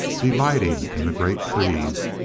delighting in the great trees,